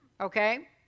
Okay